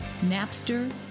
Napster